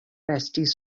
restis